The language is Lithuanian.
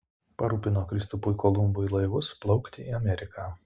parūpino kristupui kolumbui laivus plaukti į ameriką